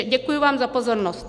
Děkuji vám za pozornost.